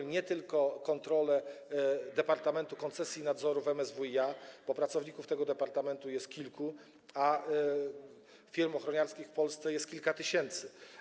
To nie tylko kontrole departamentu koncesji i nadzoru w MSWiA, bo pracowników tego departamentu jest kilku, a firm ochroniarskich w Polsce jest kilka tysięcy.